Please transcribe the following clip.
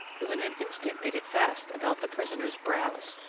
who in an instant made it fast about the prisoner's brows.